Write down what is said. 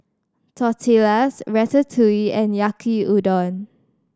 Tortillas Ratatouille and Yaki Udon